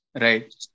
Right